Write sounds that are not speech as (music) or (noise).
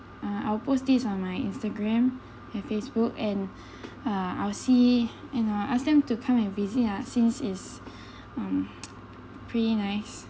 uh I will post this on my Instagram and Facebook and (breath) uh I'll see and I will ask them to come and visit ah since it's um (noise) pretty nice